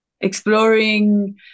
exploring